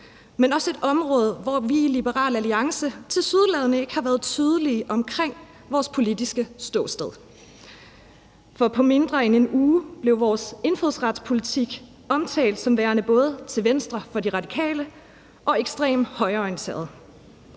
men også et område, hvor vi i Liberal Alliance tilsyneladende ikke har været tydelige omkring vores politiske ståsted. For på mindre end en uge blev vores indfødsretspolitik omtalt som værende både til Venstre for De Radikale og ekstremt højreorienteret.